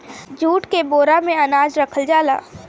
jute के बोरा में अनाज रखल जाला